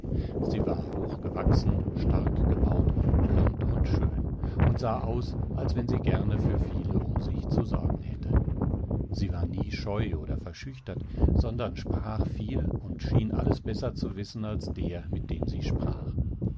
sie war hochgewachsen stark gebaut blond und schön und sah aus als wenn sie gerne für viele um sich zu sorgen hätte sie war nie scheu oder verschüchtert sondern sprach viel und schien alles besser zu wissen als der mit dem sie sprach